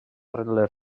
les